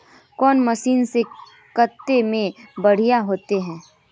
कौन मशीन से कते में बढ़िया होते है?